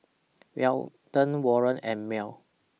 Weldon Warren and Mearl